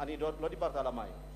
אני לא דיברתי על המים.